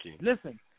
Listen